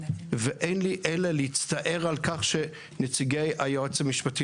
ואין לי אלא להצטער על כך שנציגי היועץ המשפטי